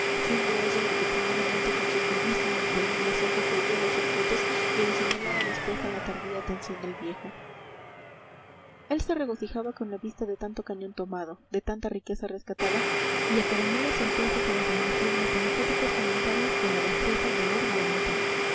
siendo ella la que primeramente con sus vivísimos volubles ojos veía los objetos y los señalaba después a la tardía atención del viejo él se regocijaba con la vista de tanto cañón tomado de tanta riqueza rescatada y a cada nueva sorpresa se desvanecía en apologéticos comentarios de la destreza de lord wellington